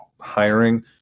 hiring